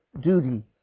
duty